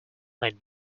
made